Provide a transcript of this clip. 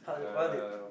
um